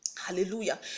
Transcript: Hallelujah